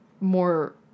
more